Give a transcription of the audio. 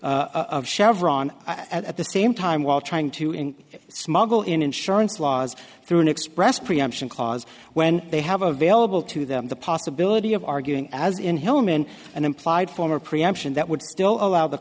of chevron at the same time while trying to end smuggle in insurance laws through an express preemption clause when they have available to them the possibility of arguing as in hellman an implied form or preemption that would still allow the